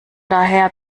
daher